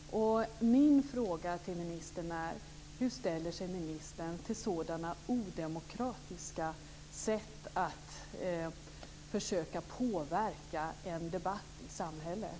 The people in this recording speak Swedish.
Min fråga till ministern är: Hur ställer sig ministern till sådana odemokratiska sätt att försöka påverka en debatt i samhället?